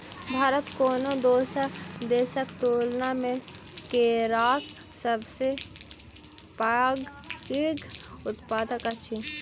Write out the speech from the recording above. भारत कोनो दोसर देसक तुलना मे केराक सबसे पैघ उत्पादक अछि